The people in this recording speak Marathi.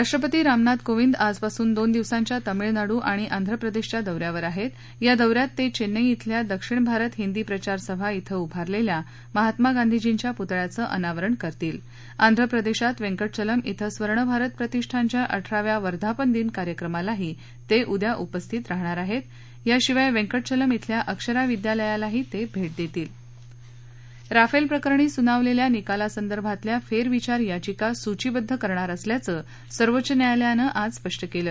राष्ट्रपती रामनाथ कोविंद आजपासून दोन दिवसांच्या तामिळनाडू आणि आंध्र प्रदर्शक्या दौऱ्यावर आहर्क या दौऱ्यात तविसिई इथल्या दक्षिण भारत हिदी प्रचार सभा इथं उभारलखिा महात्मा गांधींच्या पुतळ्याचं अनावरण करणार आहत्त तर आंध्र प्रदक्षीत वेंकटचलम इथं स्वर्ण भारत प्रतिष्ठानच्या अठराव्या वर्धापन दिन कार्यक्रमाला तजिद्या उपस्थित राहणार आहर्त याशिवाय वेंकटचलम इथल्या अक्षरा विद्यालयालाही तक् भटीद्धार आहर्ता राफेल प्रकरणी सुनावलेल्या निकालासंदर्भातल्या फेरविचार याचिका सूचिबद्ध करणार असल्याचं सर्वोच्च न्यायालयानं आज स्पष्ट केलं